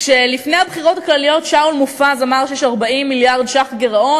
כשלפני הבחירות הכלליות שאול מופז אמר שיש 40 מיליארד ש"ח גירעון,